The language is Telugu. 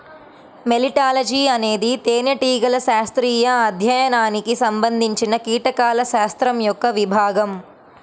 మెలిటాలజీఅనేది తేనెటీగల శాస్త్రీయ అధ్యయనానికి సంబంధించినకీటకాల శాస్త్రం యొక్క విభాగం